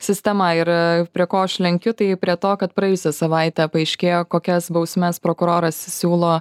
sistema ir prie ko aš lenkiu tai prie to kad praėjusi savaitė paaiškėjo kokias bausmes prokuroras siūlo